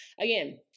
again